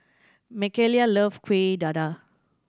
Makayla loves Kuih Dadar